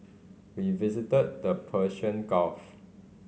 we visited the Persian Gulf